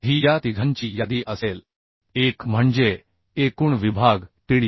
ही या तिघांची यादी असेल एक म्हणजे एकूण विभाग TDG